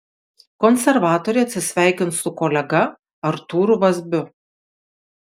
konservatoriai atsisveikins su kolega artūru vazbiu